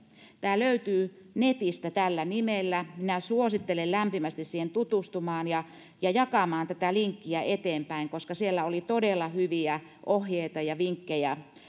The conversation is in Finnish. tämä löytyy netistä tällä nimellä minä suosittelen lämpimästi siihen tutustumaan ja ja jakamaan tätä linkkiä eteenpäin koska siellä oli todella hyviä ohjeita ja vinkkejä